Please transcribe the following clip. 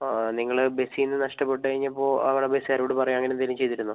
നിങ്ങൾ ബസ്സിൽ നിന്ന് നഷ്ടപ്പെട്ടുകഴിഞ്ഞപ്പോൾ അവിടെ ബസ്സുകാരോട് പറയുവോ അങ്ങനെ എന്തെങ്കിലും ചെയ്തിരുന്നോ